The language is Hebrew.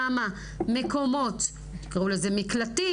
כמה מקומות תקראו לזה מקלטים